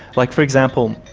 like, for example,